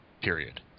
Period